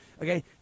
okay